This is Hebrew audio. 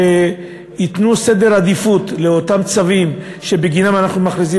שייתנו עדיפות לאותם צווים שבגינם אנחנו מכריזים